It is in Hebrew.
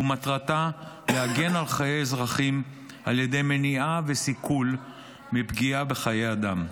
ומטרתה להגן על חיי אזרחים על ידי מניעה וסיכול של פגיעה בחיי אדם.